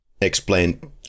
explained